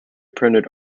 printed